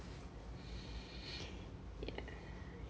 yeah